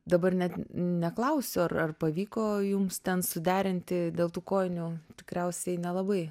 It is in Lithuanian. dabar net neklausiu ar ar pavyko jums ten suderinti dėl tų kojinių tikriausiai nelabai